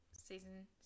season